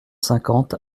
cinquante